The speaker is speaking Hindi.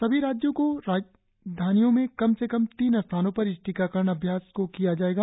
सभी राज्यों की राजधानियों में कम से कम तीन स्थानों पर इस टीकाकरण अभ्यास को किया जाएगा